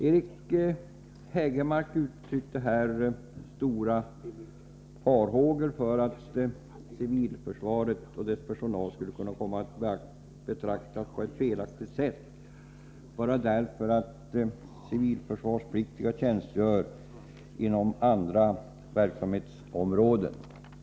Eric Hägelmark uttryckte nyss stora farhågor för att civilförsvaret och dess personal kanske skulle komma att betraktas på ett felaktigt sätt bara därför att civilförsvarspliktiga tjänstgör inom andra verksamhetsområden.